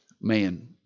man